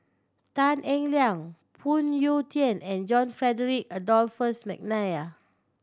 Tan Eng Liang Phoon Yew Tien and John Frederick Adolphus McNair